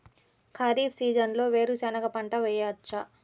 ఖరీఫ్ సీజన్లో వేరు శెనగ పంట వేయచ్చా?